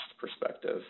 perspective